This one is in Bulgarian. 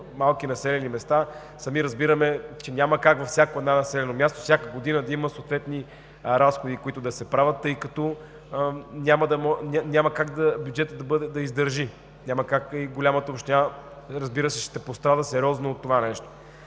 малки населени места. Сами разбирате, че няма как във всяко населено място всяка година да има разходи, които да се правят, тъй като няма как бюджетът да издържи. Няма как! Голямата община, разбира се, ще пострада сериозно от това.